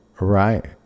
right